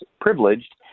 privileged